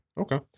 okay